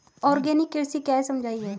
Organic कृषि क्या है समझाइए?